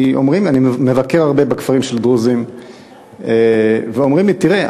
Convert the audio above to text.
אני מבקר הרבה בכפרים של דרוזים ואומרים לי: תראה,